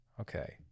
Okay